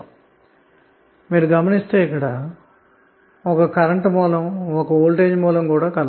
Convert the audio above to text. ఇక్కడ మీరు గమనిస్తే 1 కరెంట్ సోర్స్ 1 వోల్టేజ్ సోర్స్ ఉన్నాయి